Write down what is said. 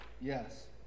Yes